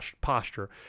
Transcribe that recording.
posture